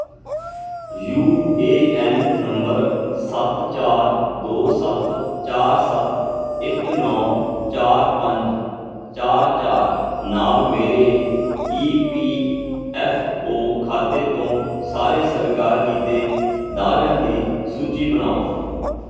you A N number ਸੱਤ ਚਾਰ ਦੋ ਸੱਤ ਚਾਰ ਸੱਤ ਇੱਕ ਨੌ ਚਾਰ ਪੰਜ ਚਾਰ ਚਾਰ ਨਾਲ ਮੇਰੇ ਈ ਪੀ ਐੱਫ ਓ ਖਾਤੇ ਤੋਂ ਸਾਰੇ ਸਵੀਕਾਰ ਕੀਤੇ ਦਾਅਵਿਆਂ ਦੀ ਸੂਚੀ ਬਣਾਓ